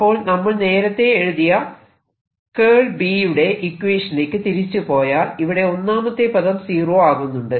അപ്പോൾ നമ്മൾ നേരത്ത എഴുതിയ B യുടെ ഇക്വേഷനിലേക്ക് തിരിച്ചു പോയാൽ ഇവിടെ ഒന്നാമത്തെ പദം സീറോ ആകുന്നുണ്ട്